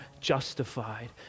justified